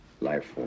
life